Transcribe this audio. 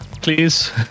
please